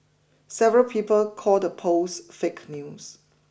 several people called the post fake news